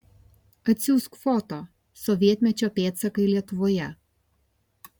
atsiųsk foto sovietmečio pėdsakai lietuvoje